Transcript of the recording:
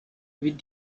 with